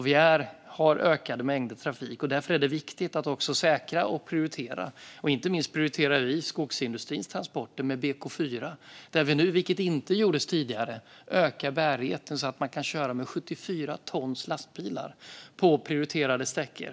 Vi har ökade mängder trafik, och därför är det viktigt att säkra och prioritera. Vi prioriterar inte minst skogsindustrins transporter med BK4, där vi nu - vilket inte gjordes tidigare - ökar bärigheten så att man kan köra med 74 tons lastbilar på prioriterade sträckor.